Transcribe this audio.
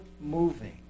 moving